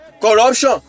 corruption